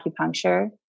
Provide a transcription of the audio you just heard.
acupuncture